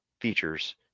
features